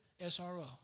SRO